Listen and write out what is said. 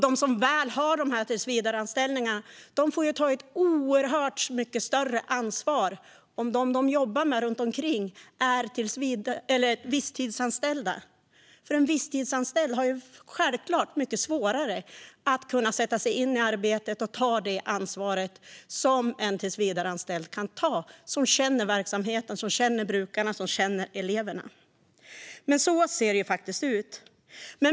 De som faktiskt har tillsvidareanställningarna får dessutom ta ett oerhört mycket större ansvar om de som de jobbar med är visstidsanställda, för en visstidsanställd har självklart mycket svårare att sätta sig in i arbetet och ta det ansvar som en tillsvidareanställd som känner verksamheten, brukarna eller eleverna kan ta. Så ser det faktiskt ut.